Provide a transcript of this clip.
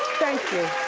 thank you.